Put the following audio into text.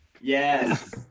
Yes